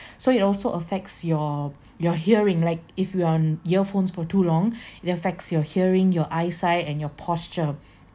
so you know also affects your your hearing like if you're on earphones for too long it affects your hearing your eyesight and your posture